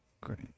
Great